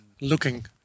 looking